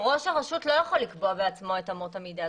ראש הרשות לא יכול לקבוע בעצמו את אמות המידה.